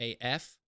AF